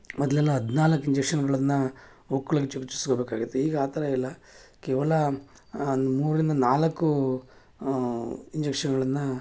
ಮೊದಲೆಲ್ಲ ಹದಿನಾಲ್ಕು ಇಂಜೆಕ್ಷನ್ಗಳನ್ನು ಹೊಕ್ಳಿಗೆ ಚುಚ್ಸ್ಕೊಳ್ಬೇಕಾಗಿತ್ತು ಈಗ ಆ ಥರ ಇಲ್ಲ ಕೇವಲ ಮೂರರಿಂದ ನಾಲ್ಕು ಇಂಜೆಕ್ಷನ್ಗಳನ್ನು